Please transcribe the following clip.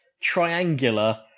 triangular